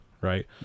right